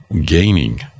Gaining